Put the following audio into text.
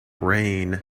rain